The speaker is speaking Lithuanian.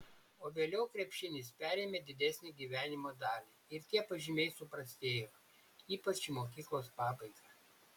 o vėliau krepšinis perėmė didesnę gyvenimo dalį ir tie pažymiai suprastėjo ypač į mokyklos pabaigą